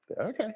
Okay